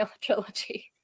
trilogy